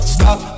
Stop